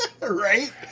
Right